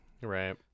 right